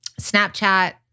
Snapchat